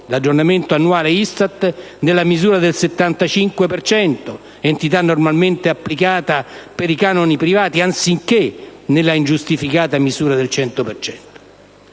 l'aggiornamento annuale ISTAT nella misura del 75 per cento, entità normalmente applicata per i canoni privati, anziché nella ingiustificata misura del 100